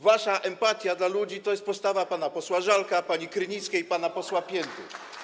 Wasza empatia wobec ludzi to jest postawa pana posła Żalka, pani poseł Krynickiej i pana posła Pięty.